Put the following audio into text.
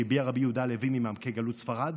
שהביע רבי יהודה הלוי ממעמקי גלות ספרד,